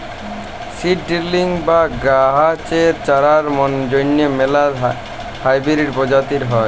seed drilling বা গাহাচের চারার জ্যনহে ম্যালা হাইবিরিড পরজাতি হ্যয়